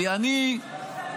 כי אני מסכים,